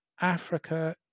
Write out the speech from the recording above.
Africa